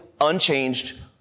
unchanged